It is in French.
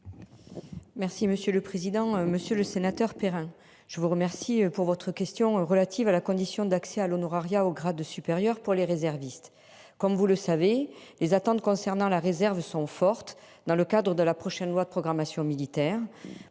Merci monsieur le président, monsieur le sénateur Perrin. Je vous remercie pour votre question relative à la condition d'accès à l'honorariat au grade supérieur pour les réservistes comme vous le savez les attentes concernant la réserve sont fortes dans le cadre de la prochaine loi de programmation militaire